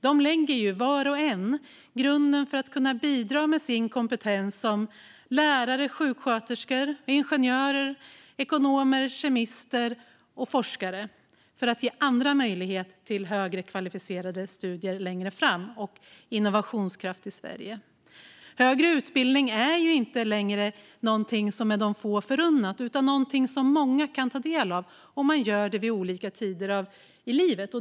De lägger var och en grunden för att kunna bidra med sin kompetens som lärare, sjuksköterskor ingenjörer, ekonomer, kemister eller forskare, för att ge andra möjlighet till högre kvalificerade studier längre fram och innovationskraft i Sverige. Högre utbildning är inte längre något som är få förunnat utan något som många kan ta del av, och man gör detta vid olika tidpunkter i livet.